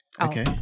Okay